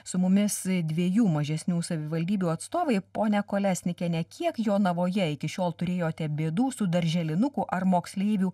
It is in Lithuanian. su mumis dviejų mažesnių savivaldybių atstovai ponia kolesnikiene kiek jonavoje iki šiol turėjote bėdų su darželinukų ar moksleivių